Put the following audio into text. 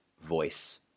voice